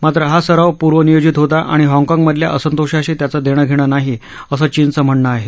मात्र हा सराव पूर्वनियोजित होता आणि हाँगकाँगमधल्या असंतोषाशी त्याचं देणंघेणं नाही असं चीनचं म्हणणं आहे